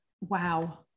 wow